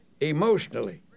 emotionally